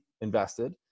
invested